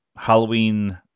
Halloween